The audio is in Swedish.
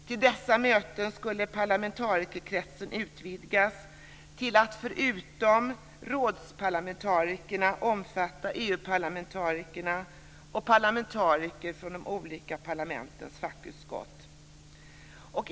Till dessa möten skulle parlamentarikerkretsen utvidgas till att förutom rådsparlamentarikerna omfatta EU-parlamentariker och parlamentariker från de olika parlamentens fackutskott.